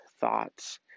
thoughts